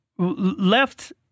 left